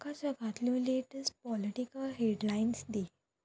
म्हाका सगळ्यांतल्यो latest political headlines दी